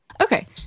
Okay